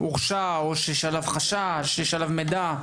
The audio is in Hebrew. הורשע או שיש עליו חשש, יש עליו מידע.